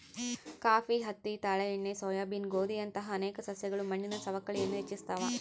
coffee ಹತ್ತಿ ತಾಳೆ ಎಣ್ಣೆ ಸೋಯಾಬೀನ್ ಗೋಧಿಯಂತಹ ಅನೇಕ ಸಸ್ಯಗಳು ಮಣ್ಣಿನ ಸವಕಳಿಯನ್ನು ಹೆಚ್ಚಿಸ್ತವ